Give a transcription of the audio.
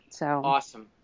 Awesome